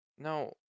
No